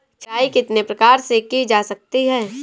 छँटाई कितने प्रकार से की जा सकती है?